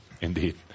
Indeed